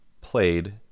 played